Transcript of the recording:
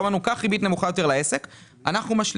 מה שהביא